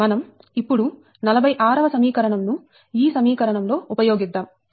మనం ఇప్పుడు 46 వ సమీకరణం ను ఈ సమీకరణం లో ఉపయోగిద్దాం